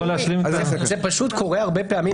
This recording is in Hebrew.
זה פשוט קורה הרבה פעמים,